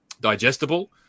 digestible